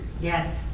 Yes